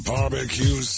Barbecue